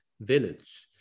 village